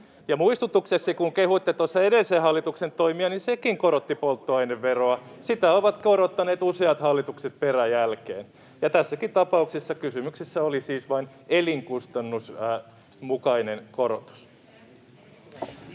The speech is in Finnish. muistutukseksi, kun kehuitte tuossa edellisen hallituksen toimia, että sekin korotti polttoaineveroa. Sitä ovat korottaneet useat hallitukset peräjälkeen. Tässäkin tapauksessa kysymyksessä oli siis vain elinkustannusten mukainen korotus.